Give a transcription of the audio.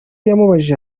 yamubajije